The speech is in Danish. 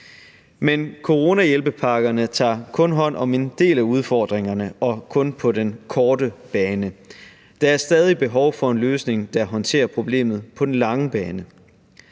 Men coronahjælpepakkerne tager kun hånd om en del af udfordringerne og kun på den korte bane; der er stadig behov for en løsning, der håndterer problemet på den lange bane.